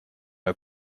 her